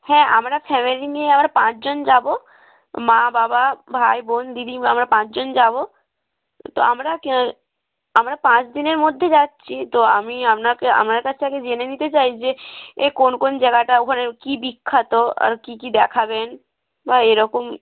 হ্যাঁ আমরা ফ্যামেলি নিয়ে আমরা পাঁচ জন যাব মা বাবা ভাই বোন দিদি আমরা পাঁচ জন যাব তো আমরা আমরা পাঁচ দিনের মধ্যে যাচ্ছি তো আমি আপনাকে আপনার কাছে আগে জেনে নিতে চাই যে এ কোন কোন জায়গাটা ওখানে কী বিখ্যাত আর কী কী দেখাবেন বা এরকম